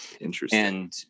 interesting